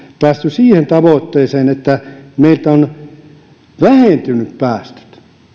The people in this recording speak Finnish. päässyt siihen tavoitteeseen että meiltä ovat vähentyneet päästöt